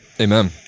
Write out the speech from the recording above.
Amen